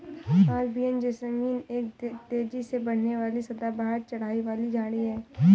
Arabian jasmine एक तेजी से बढ़ने वाली सदाबहार चढ़ाई वाली झाड़ी है